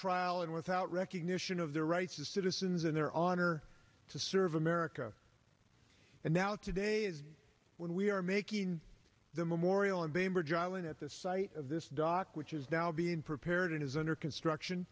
trial and without recognition of their rights as citizens in their honor to serve america and now today is when we are making the memorial and bainbridge island at the site of this dock which is now being prepared is under construction